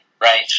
right